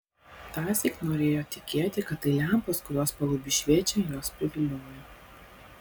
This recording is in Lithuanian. tąsyk norėjo tikėti kad tai lempos kurios paluby šviečia juos priviliojo